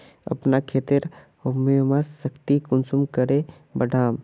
अपना खेतेर ह्यूमस शक्ति कुंसम करे बढ़ाम?